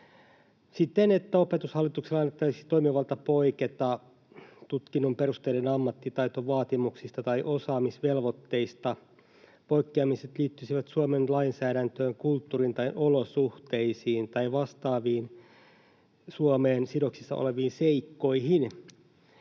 siten, että Opetushallitukselle annettaisiin toimivalta poiketa tutkinnon perusteiden ammattitaitovaatimuksista tai osaamisvelvoitteista. Poikkeamiset liittyisivät Suomen lainsäädäntöön, kulttuuriin tai olosuhteisiin tai vastaaviin Suomeen sidoksissa oleviin seikkoihin.